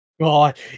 God